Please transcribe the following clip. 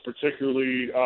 particularly –